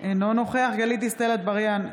אינו נוכח גלית דיסטל אטבריאן,